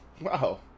wow